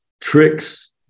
tricks